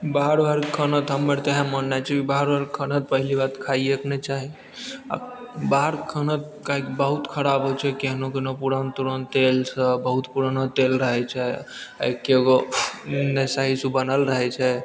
बाहर वाहरके खाना तऽ हमर तऽ इएह माननाइ छै बाहर वाहरके खाना पहली बात खाइएके नहि चाही आ बाहरके खाना काहेकि बहुत खराब होइत छै केहनो केहनो पुरान तुरान तेल से बहुत पुराना तेल रहैत छै आ एके गो नहि सही से बनल रहैत छै